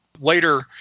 later